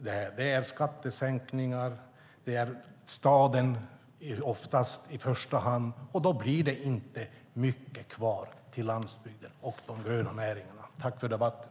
Det är skattesänkningar och oftast staden i första hand. Då blir det inte mycket kvar till landsbygden och de gröna näringarna. Tack för debatten!